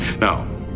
Now